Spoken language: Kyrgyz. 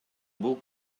бул